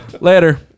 Later